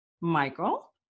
Michael